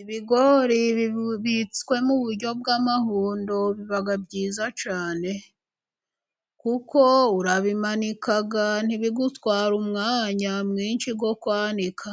Ibigori bibitswe mu buryo bw'amahundo biba byiza cyane, kuko urabimanika ntibigutware umwanya mwinshi wo kuwanika,